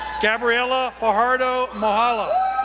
gabriela fajardo mola,